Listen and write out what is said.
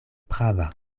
prava